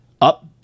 up